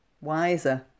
wiser